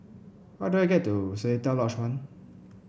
how do I get to Seletar Lodge One